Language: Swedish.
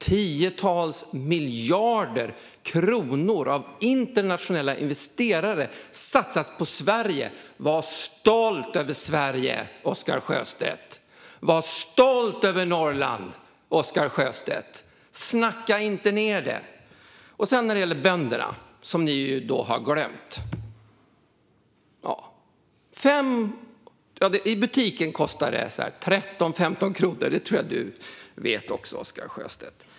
Tiotals miljarder kronor satsas av internationella investerare på Sverige. Var stolt över Sverige, Oscar Sjöstedt! Var stolt över Norrland, Oscar Sjöstedt! Snacka inte ned det! Bönderna har ni glömt. I butiken kostar mjölken 13-15 kronor. Det tror jag att även du vet, Oscar Sjöstedt.